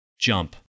Jump